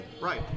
Right